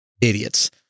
idiots